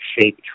shape